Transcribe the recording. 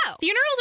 Funerals